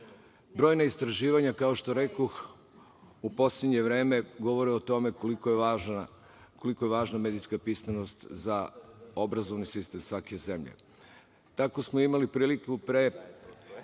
istraživanja, kao što rekoh, u poslednje vreme govore o tome koliko je važna medijska pismenost za obrazovni sistem svake zemlje. Tako smo imali priliku pre